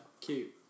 cute